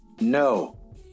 no